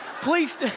please